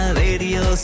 radio